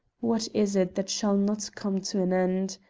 what is it that shall not come to an end?